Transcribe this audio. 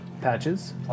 Patches